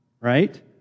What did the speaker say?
right